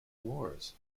wars